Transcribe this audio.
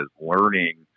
learning